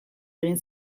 egin